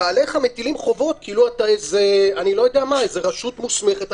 ועליך מטילים חובות כאילו אתה איזה רשות מוסמכת.